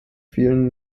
vielen